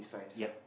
yup